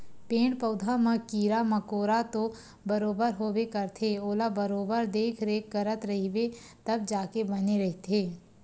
पेड़ पउधा म कीरा मकोरा तो बरोबर होबे करथे ओला बरोबर देखरेख करत रहिबे तब जाके बने रहिथे